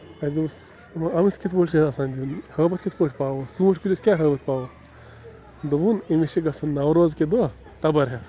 اَسہِ دوٚپُس یہِ وَن اَہن حظ کِتھ پٲٹھۍ چھِ آسان دیُن ہٲبَت کِتھ پٲٹھۍ پاوو ژوٗنٛٹھۍ کُلِس کیٛاہ ہٲبَتھ پاوو دوٚپُن أمِس چھِ گژھُن نَوروز کہِ دۄہ تَبٕر ہٮ۪تھ